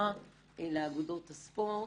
תמיכה לאגודות הספורט.